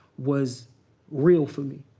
was real for me.